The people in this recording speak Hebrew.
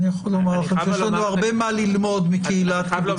יש לנו הרבה מה ללמוד מקהילת קיבוץ לוטן.